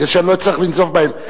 כדי שאני לא אצטרך לנזוף בהם.